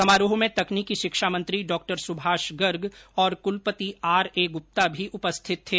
समारोह में तकनीकी शिक्षा मंत्री डॉ सुभाष गर्ग और कुलपति आरए गुप्ता भी उपस्थित थे